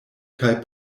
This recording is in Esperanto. kaj